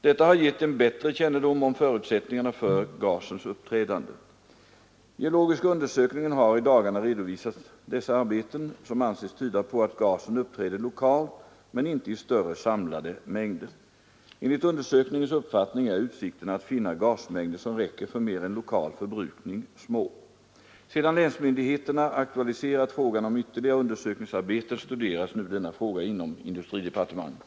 Detta har gett en bättre kännedom om förutsättningarna för gasens uppträdande. Geologiska undersökningen har i dagarna redovisat dessa arbeten, som anses tyda på att gasen uppträder lokalt men inte i större samlade mängder. Enligt undersökningens uppfattning är utsikterna att finna gasmängder som räcker för mer än lokal förbrukning små. Sedan länsmyndigheterna aktualiserat frågan om ytterligare undersökningsarbeten studeras nu denna fråga inom industridepartementet.